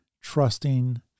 trusting